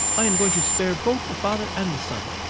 i am going to spare both the father and the son.